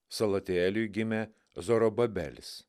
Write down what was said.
salatieliui gimė zorobabelis